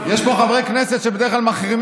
חברי חבר הכנסת יריב לוין,